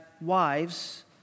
wives